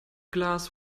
glass